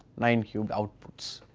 nine cubes output,